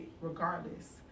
regardless